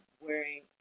wearing